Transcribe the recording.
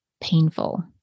painful